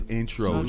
intro